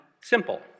simple